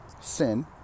sin